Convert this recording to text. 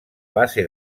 base